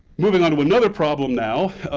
moving on to another problem now,